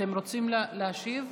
אתם רוצים להשיב?